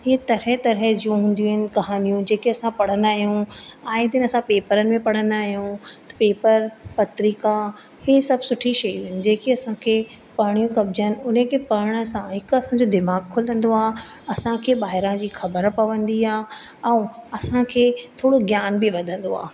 त हे तरह तरह जूं हूंदियूं आहिनि कहानियूं जेके असां पढ़ंदा आहियूं आए दिन असां पेपरनि में पढ़ंदा आहियूं त पेपर पत्रिका हे सभु सुठी शयूं आहिनि जेकी असांखे पढ़णियूं खपजनि उनखे पढ़ण सां हिकु असांजो दिमाग़ु खुलंदो आहे असांखे ॿाहिरा जी ख़बर पवंदी आहे ऐं असांखे थोरो ज्ञान बि वधंदो आहे